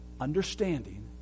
understanding